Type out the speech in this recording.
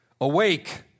Awake